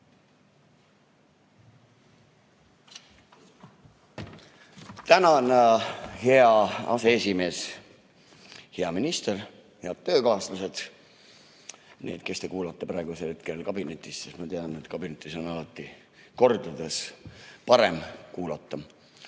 Tänan, hea aseesimees! Hea minister! Head töökaaslased, teie, kes te kuulate praegu kabinetis, sest ma tean, et kabinetis on alati mitu korda parem kuulata.